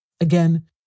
Again